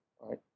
right